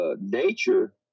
nature